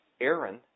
Aaron